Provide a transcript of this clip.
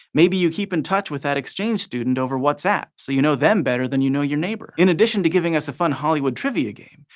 maybe you keep in touch with that exchange student over whatsapp, so you know them better than you know your neighbor! in addition to giving us a fun hollywood trivia game,